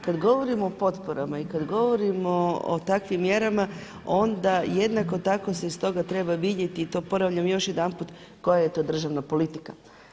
Kad govorimo o potporama i kad govorimo o takvim mjerama onda jednako tako se iz toga treba vidjeti i to ponavljam još jedanput koja je to državna politika.